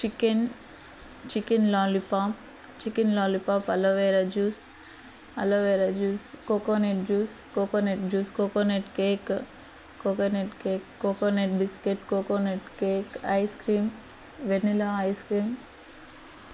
chicken chicken lollipop chicken lollipop aloe vera juice aloe vera juice coconut juice coconut juice coconut cake coconut cake coconut biscuit coconut cake ice cream vanilla ice cream